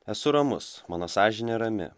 esu ramus mano sąžinė rami